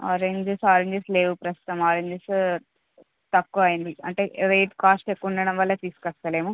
oranges oranges లేవు ప్రస్తుతం oranges తక్కువ అయింది అంటే వెయిట్ కాస్ట్ ఎక్కువ ఉండడం వల్ల తీసుకురాలేము